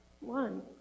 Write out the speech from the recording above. one